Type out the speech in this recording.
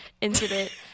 incident